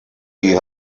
you